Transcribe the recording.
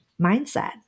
mindset